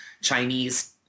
Chinese –